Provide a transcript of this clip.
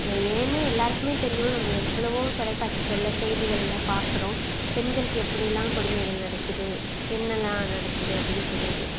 ஏன்னு எல்லோருக்குமே தெரியும் நம்ம எவ்வளோவோ தொலைகாட்சிகளில் செய்திகளில் பார்க்குறோம் பெண்களுக்கு எப்படில்லாம் கொடுமைகள் நடக்குது என்னெலாம் நடக்குது அப்படினு சொல்லிட்டு